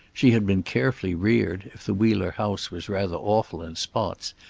she had been carefully reared, if the wheeler house was rather awful in spots,